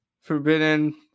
forbidden